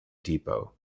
depot